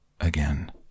again